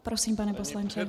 Prosím, pane poslanče.